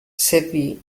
servì